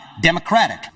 Democratic